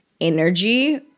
energy